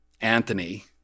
Anthony